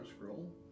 scroll